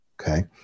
Okay